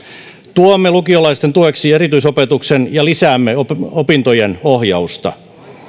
tuomme lukiolaisten tueksi erityisopetuksen ja lisäämme opintojen ohjausta